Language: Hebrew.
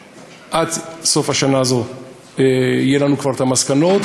שעד סוף השנה הזאת יהיו לנו כבר המסקנות,